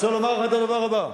אני רוצה לומר לך את הדבר הבא,